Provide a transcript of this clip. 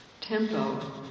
Tempo